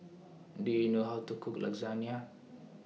Do YOU know How to Cook Lasagna